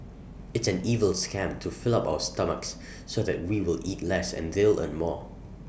it's an evil scam to fill up our stomachs so that we will eat less and they'll earn more